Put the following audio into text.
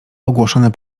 ogłoszone